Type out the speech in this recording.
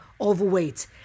overweight